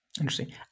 Interesting